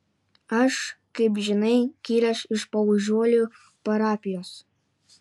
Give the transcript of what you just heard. aš kaip žinai kilęs iš paužuolių parapijos